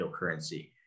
cryptocurrency